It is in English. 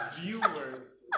viewers